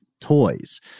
toys